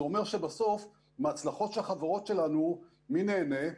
זה אומר בסוף מהצלחות של החברות שלנו מי נהנה?